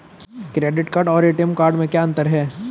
Credit card और ATM card में क्या अंतर है?